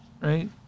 Right